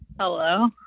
Hello